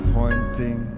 pointing